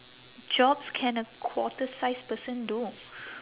jobs can a quarter-sized person do